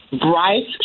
Bryce